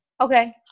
Okay